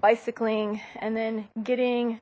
bicycling and then getting